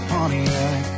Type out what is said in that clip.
Pontiac